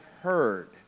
heard